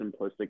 simplistic